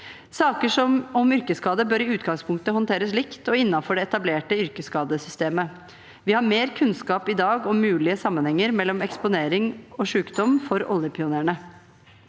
Saker om yrkesskade bør i utgangspunktet håndteres likt og innenfor det etablerte yrkesskadesystemet. Vi har mer kunnskap i dag om mulige sammenhenger mellom eksponering og sykdom hos oljepionerene.